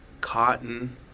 cotton